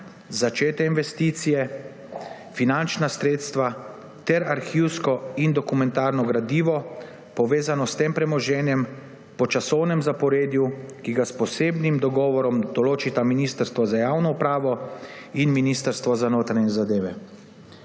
začete investicije, finančna sredstva ter arhivsko in dokumentarno gradivo, povezano s tem premoženjem, po časovnem zaporedju, ki ga s posebnim dogovorom določita Ministrstvo za javno upravo in Ministrstvo za notranje zadeve.